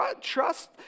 trust